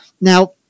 Now